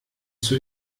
zur